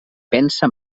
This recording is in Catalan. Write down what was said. pensa